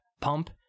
Pump